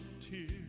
tears